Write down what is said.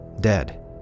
dead